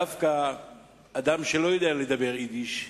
דווקא כאדם שלא יודע לדבר יידיש,